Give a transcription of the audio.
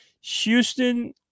Houston